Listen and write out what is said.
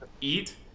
eat